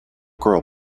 girl